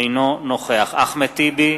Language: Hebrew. אינו נוכח אחמד טיבי,